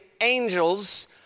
angels